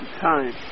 time